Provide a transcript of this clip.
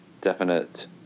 definite